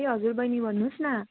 ए हजुर बहिनी भन्नुहोस् न